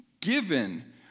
given